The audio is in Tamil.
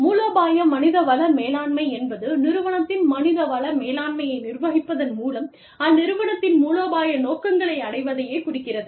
மூலோபாய மனித வள மேலாண்மை என்பது நிறுவனத்தின் மனித வள மேலாண்மையை நிர்வகிப்பதன் மூலம் அந்நிறுவனத்தின் மூலோபாய நோக்கங்களை அடைவதையே குறிக்கிறது